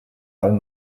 allen